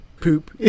poop